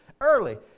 early